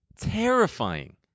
terrifying